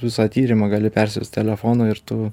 visą tyrimą gali persiųst telefonu ir tu